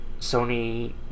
Sony